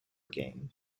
game